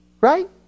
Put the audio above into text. Right